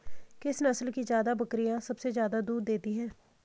किस नस्ल की बकरीयां सबसे ज्यादा दूध देती हैं?